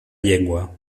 llengua